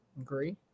Agree